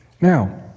Now